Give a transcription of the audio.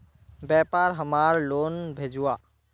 व्यापार हमार लोन भेजुआ?